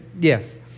Yes